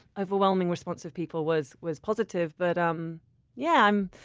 overwhelming response of people was was positive, but um yeah um